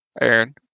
Aaron